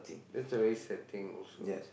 that's a very sad thing also